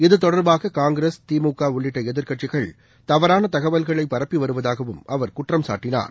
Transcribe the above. இதுதொடர்பாக காங்கிரஸ் திமுக உள்ளிட்ட எதிர்க்கட்சிகள் தவறான தகவல்களை பரப்பி வருவதாகவும் அவர் குற்றம் சாட்டினார்